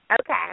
Okay